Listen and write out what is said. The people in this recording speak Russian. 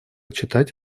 читать